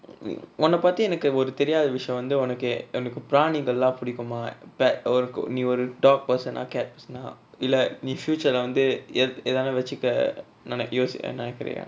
ஒன்ன பத்தி எனக்கு ஒரு தெரியாத விசயோ வந்து ஒனக்கு ஒனக்கு பிராணிகள்ளா புடிக்குமா இப்ப ஒருக்கு நீ ஒரு:onna pathi enaku oru theriyatha visayo vanthu onaku onaku piranikalla pudikuma ippa oruku nee oru dog person ah cat person ah இல்ல நீ:illa nee future lah வந்து:vanthu eth~ எதான வச்சிக்க:ethana vachika nena~ yosik~ நெனைக்குரியா:nenaikuriya